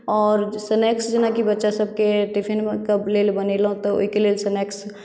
आओर स्नेक्स जेनाकि बच्चा सभकेँ टिफिन के लेल बनेलहुँ तऽ ओहिके आओर लेल स्नेक्स